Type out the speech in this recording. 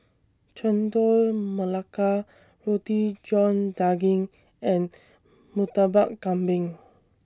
Chendol Melaka Roti John Daging and Murtabak Kambing